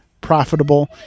profitable